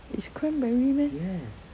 it's cranberry meh